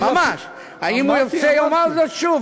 אם הוא ירצה, יאמר זאת שוב.